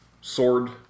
sword